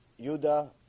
Yuda